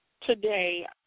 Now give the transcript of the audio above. Today